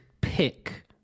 pick